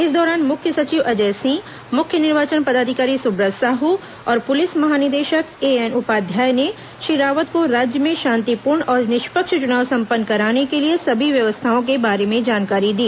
इस दौरान मुख्य सचिव अजय सिंह मुख्य निर्वाचन पदाधिकारी सुब्रत साहू और पुलिस महानिदेशक एएन उपाध्याय ने श्री रावत को राज्य में शांति पूर्ण और निष्पक्ष चुनाव संपन्न कराने के लिए सभी व्यवस्थाओं के बारे में जानकारी दी